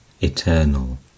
eternal